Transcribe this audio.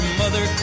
mother